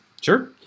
Sure